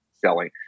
selling